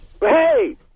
Hey